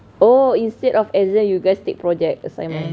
oh instead of exam you guys take project assignment